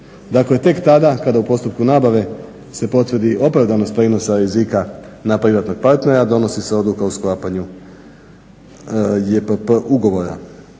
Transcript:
Dakle tek tada kada u postupku nabave se potvrdi opravdanost prijenosa rizika na privatnog partnera donosi se odluka o sklapanju JPP ugovora.